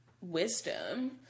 wisdom